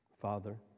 Father